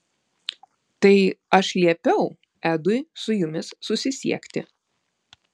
tai aš liepiau edui su jumis susisiekti